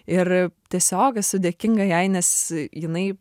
ir tiesiog esu dėkinga jai nes jinai